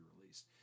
released